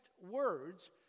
words